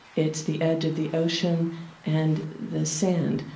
it's the edge of the ocean and the sand,